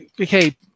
okay